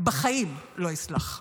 בחיים לא יסלח.